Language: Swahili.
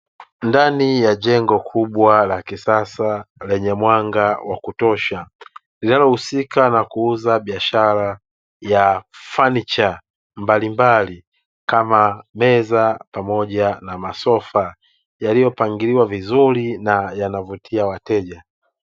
Ndani ya jengo kubwa la kisasa lenye mwanga wa kutosha linalohusika na kuuza biashara ya fanicha mbalimbali kama meza pamoja na masofa yaliyopangiliwa vizuri na yanavutia wateja.